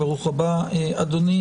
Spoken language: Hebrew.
ברוך הבא, אדוני.